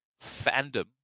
fandom